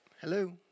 hello